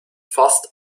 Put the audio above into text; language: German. fast